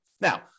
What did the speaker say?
Now